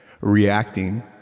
reacting